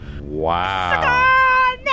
Wow